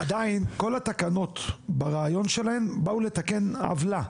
עדין, כל התקנות ברעיון שלהם, באו לתקן עוולה.